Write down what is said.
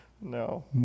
No